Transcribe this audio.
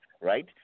right